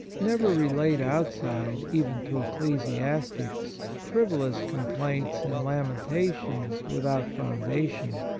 never relate outside, even to ecclesiastics, frivolous com plaints and lamentations without foundation,